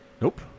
Nope